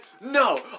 No